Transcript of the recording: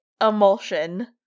emulsion